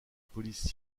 police